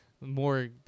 more